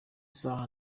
saha